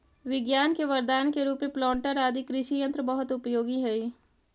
विज्ञान के वरदान के रूप में प्लांटर आदि कृषि यन्त्र बहुत उपयोगी हई